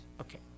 Okay